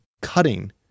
cutting